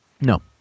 No